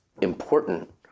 important